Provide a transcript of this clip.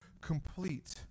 complete